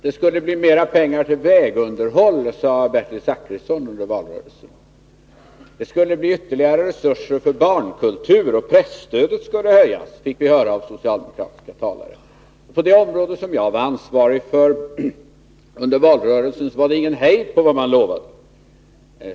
Det skulle bli mera pengar till vägunderhåll, sade Bertil Zachrisson under valrörelsen. Det skulle bli ytterligare resurser för barnkultur, och presstödet skulle höjas, fick vi höra av socialdemokratiska talare. På det område som jag var ansvarig för under valrörelsen var det ingen hejd på vad man lovade.